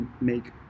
make